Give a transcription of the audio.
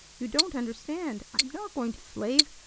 you don't understand. i am not going to slave.